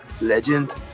Legend